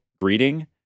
breeding